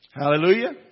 Hallelujah